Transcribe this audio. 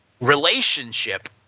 relationship